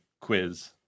quiz